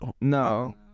no